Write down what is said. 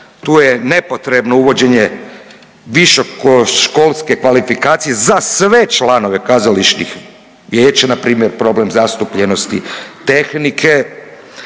tu je nepotrebno uvođenje višeškolske kvalifikacije za sve članove kazališnih vijeća, npr. problem zastupljenosti tehnike,